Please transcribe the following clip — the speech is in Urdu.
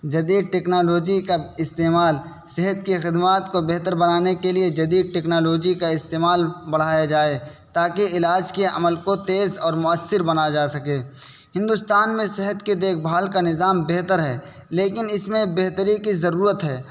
جدید ٹیکنالوجی کا استعمال صحت کی خدمات کو بہتر بنانے کے لیے جدید ٹیکنالوجی کا استعمال بڑھایا جائے تاکہ علاج کے عمل کو تیز اور مؤثر بنایا جا سکے ہندوستان میں صحت کے دیکھ بھال کا نظام بہتر ہے لیکن اس میں بہتری کی ضرورت ہے